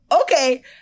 okay